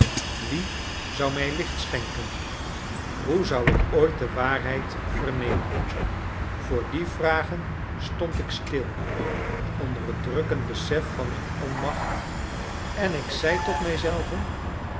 wie zou mij licht schenken hoe zou ik ooit de waarheid vernemen voor die vragen stond ik stil onder het drukkend besef van mijne onmacht en ik zei tot mijzelven